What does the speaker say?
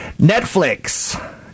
Netflix